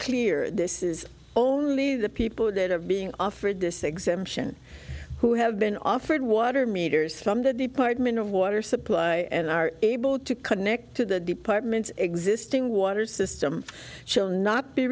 clear this is only the people that are being offered this exemption who have been offered water meters from the department of water supply and are able to connect to the department's existing water system chil not be